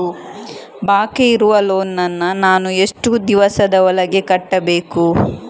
ಬಾಕಿ ಇರುವ ಲೋನ್ ನನ್ನ ನಾನು ಎಷ್ಟು ದಿವಸದ ಒಳಗೆ ಕಟ್ಟಬೇಕು?